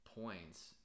points